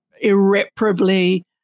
irreparably